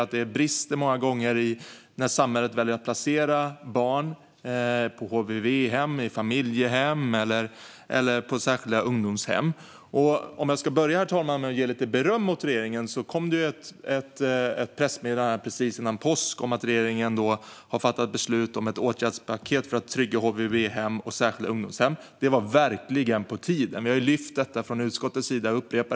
Inte minst brister det många gånger när samhället väljer att placera barn på HVB-hem, i familjehem eller på särskilda ungdomshem. Herr talman! Jag ska börja med att ge regeringen lite beröm. Precis före påsk kom ett pressmeddelande om att regeringen har fattat beslut om ett åtgärdspaket för att trygga HVB-hem och särskilda ungdomshem. Det var verkligen på tiden. Utskottet har vid upprepade tillfällen lyft upp detta.